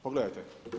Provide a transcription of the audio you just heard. Pogledajte.